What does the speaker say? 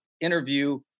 interview